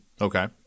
Okay